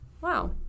Wow